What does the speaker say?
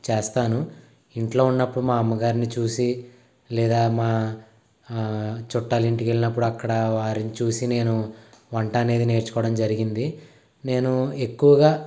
చేస్తాను ఇంట్లో ఉన్నప్పుడు మా అమ్మగారిని చూసి లేదా మా చుట్టాలు ఇంటికెళ్ళినప్పుడు అక్కడ వారిని చూసి నేను వంట అనేది నేర్చుకోవడం జరిగింది నేను ఎక్కువగా